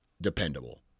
dependable